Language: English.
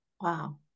Wow